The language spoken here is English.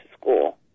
school